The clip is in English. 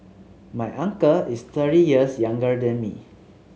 my uncle is thirty years younger than me